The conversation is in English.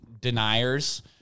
deniers